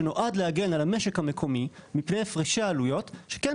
שנועד להגן על המשק המקומי מפני הפרשי עלויות שכן